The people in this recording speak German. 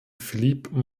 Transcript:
philippe